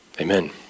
amen